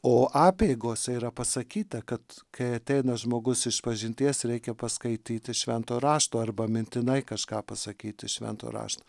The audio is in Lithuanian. o apeigose yra pasakyta kad kai ateina žmogus išpažinties reikia paskaityti švento rašto arba mintinai kažką pasakyti iš švento rašt